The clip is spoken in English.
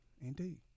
indeed